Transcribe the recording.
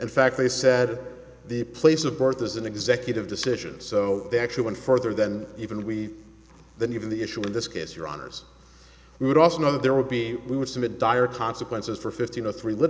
in fact they said the place of birth is an executive decision so they actually went further than even we than even the issue in this case your honour's we would also know that there would be we would submit dire consequences for fifteen or three l